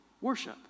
worship